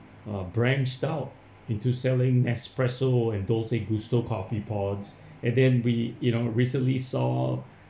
uh branched out into selling espresso and dolce gusto coffee pods and then we you know recently saw